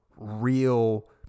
real